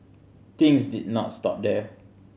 things did not stop there